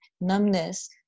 numbness